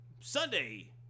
Sunday